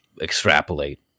extrapolate